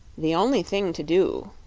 the only thing to do,